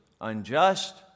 unjust